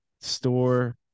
store